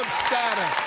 status.